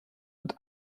und